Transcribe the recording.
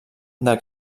del